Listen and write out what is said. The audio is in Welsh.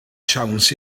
siawns